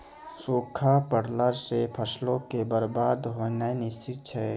सूखा पड़ला से फसलो के बरबाद होनाय निश्चित छै